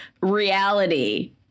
reality